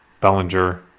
Bellinger